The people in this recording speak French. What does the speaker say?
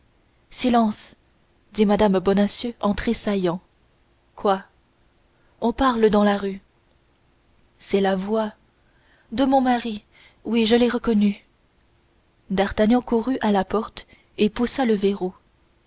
silence dit mme bonacieux en tressaillant quoi on parle dans la rue c'est la voix de mon mari oui je l'ai reconnue d'artagnan courut à la porte et poussa le verrou